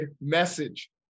message